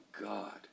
God